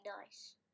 nice